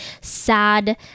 sad